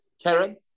Karen